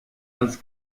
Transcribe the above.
als